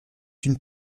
une